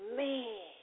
man